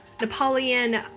Napoleon